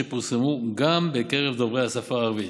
והם פורסמו גם בקרב דוברי השפה הערבית.